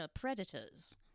predators